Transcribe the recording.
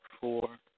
four